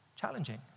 challenging